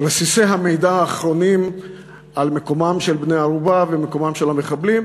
רסיסי המידע האחרונים על מקומם של בני הערובה ומקומם של המחבלים